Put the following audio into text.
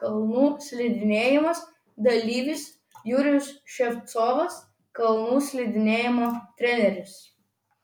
kalnų slidinėjimas dalyvis jurijus ševcovas kalnų slidinėjimo treneris